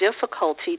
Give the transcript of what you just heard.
difficulty